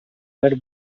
where